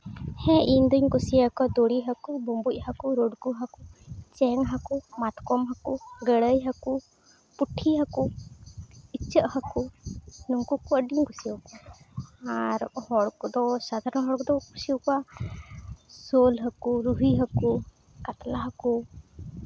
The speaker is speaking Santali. ᱦᱮᱸ ᱤᱧᱫᱩᱧ ᱠᱩᱥᱤ ᱟᱠᱚᱣᱟ ᱫᱩᱲᱤ ᱦᱟᱸᱠᱩ ᱵᱩᱢᱵᱩᱡᱽ ᱦᱟᱹᱠᱩ ᱨᱩᱲᱠᱩ ᱦᱟᱹᱠᱩ ᱪᱮᱝ ᱦᱟᱹᱠᱩ ᱢᱟᱛᱠᱚᱢ ᱦᱟᱹᱠᱩ ᱜᱟᱹᱲᱟᱹᱭ ᱦᱟᱹᱠᱩ ᱯᱩᱴᱷᱤ ᱦᱟᱹᱠᱩ ᱤᱪᱟᱹᱜ ᱦᱟᱹᱠᱩ ᱱᱩᱝᱠᱩ ᱠᱚ ᱟᱹᱰᱤᱧ ᱠᱩᱥᱤ ᱟᱠᱚᱣᱟ ᱟᱨ ᱦᱚᱲ ᱠᱚᱫᱚ ᱥᱟᱫᱷᱟᱨᱚᱱ ᱦᱚᱲ ᱠᱚᱫᱚ ᱠᱚ ᱠᱩᱥᱤ ᱟᱠᱚᱣᱟ ᱥᱳᱞ ᱦᱟᱹᱠᱩ ᱨᱩᱭ ᱦᱟᱹᱠᱩ ᱠᱟᱛᱞᱟ ᱦᱟᱹᱠᱩ